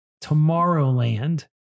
Tomorrowland